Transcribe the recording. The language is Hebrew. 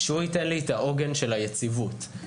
ייתן לי את העוגן של היציבות.